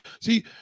See